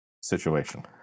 situation